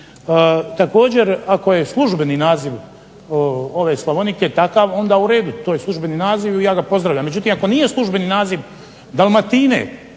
Također ako je službeni naziv ove Slavonike takav onda u redu, to je službeni naziv i ja ga pozdravljam. Međutim, ako nije službeni naziv Dalmatine,